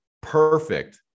Perfect